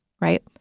Right